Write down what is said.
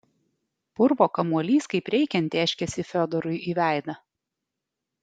purvo kamuolys kaip reikiant tėškėsi fiodorui į veidą